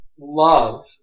love